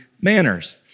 manners